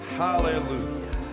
Hallelujah